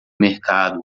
mercado